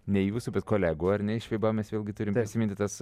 ne jūsų bet kolegų ar ne iš fiba mes vėlgi turime atsiminti tas